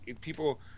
people